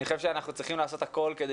אני חושב שאנחנו צריכים לעשות הכל כדי